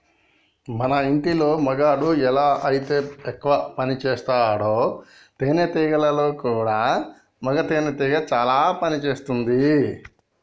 మన ఇంటిలో మగాడు ఎలా అయితే ఎక్కువ పనిసేస్తాడో తేనేటీగలలో కూడా మగ తేనెటీగ చానా పని చేస్తుంది